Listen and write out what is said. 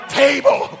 table